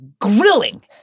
grilling